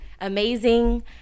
amazing